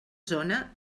zona